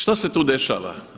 Što se tu dešava?